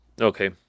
Okay